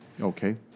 Okay